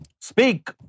Speak